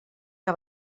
que